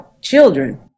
children